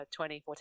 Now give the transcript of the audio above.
2014